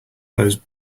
those